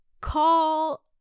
call